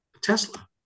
Tesla